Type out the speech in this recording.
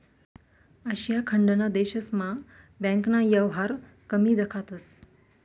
आशिया खंडना देशस्मा बँकना येवहार कमी दखातंस